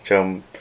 macam